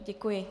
Děkuji.